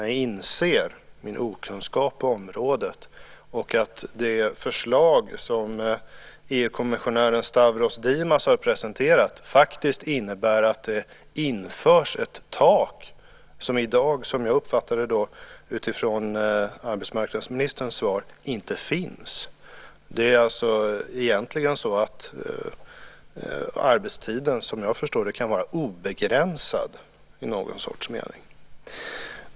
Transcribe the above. Jag inser min okunskap på området och att det förslag som EU-kommissionären Stavros Dimas har presenterat faktiskt innebär att det införs ett tak som i dag, såsom jag uppfattar det utifrån vad arbetsmarknadsministern sade, inte finns. Det är alltså egentligen så att arbetstiden såvitt jag förstår kan vara i någon mening obegränsad.